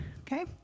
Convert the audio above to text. okay